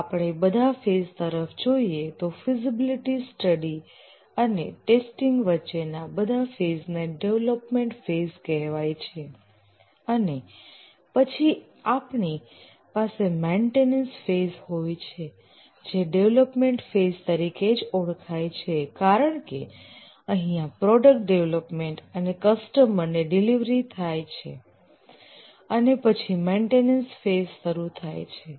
જો આપણે બધા ફેઝ તરફ જોઈએ તો ફિઝિબિલિટી સ્ટડી અને ટેસ્ટિંગ વચ્ચેના બધા ફેઝને ડેવલોપમેન્ટ ફેઝ કહેવાય છે અને પછી આપણી પાસે મેન્ટેનન્સ ફેઝ હોય છે જે ડેવલપમેન્ટ ફેઝ તરીકે જ ઓળખાય છે કારણકે અહિંયા પ્રોડક્ટ ડેવલપ અને કસ્ટમરને ડીલીવરDeliver થાય છે અને પછી મેન્ટેનન્સ ફેઝ શરૂ થાય છે